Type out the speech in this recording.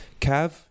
Cav